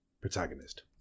protagonist